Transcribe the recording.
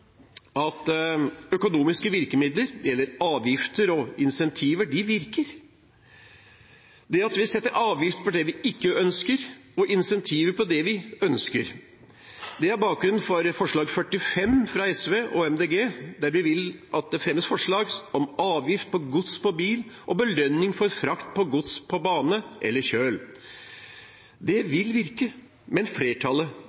at økonomiske virkemidler – det gjelder avgifter og incentiver – virker; at vi setter avgift på det vi ikke ønsker, og incentiver på det vi ønsker. Det er bakgrunnen for forslag nr. 45, fra SV og Miljøpartiet De Grønne, der vi ber regjeringen fremme forslag om avgift for gods med bil, og belønning for frakt av gods på bane eller kjøl. Det